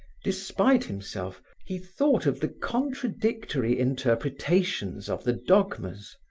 despite himself, he thought of the contradictory interpretations of the dogmas,